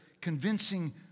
convincing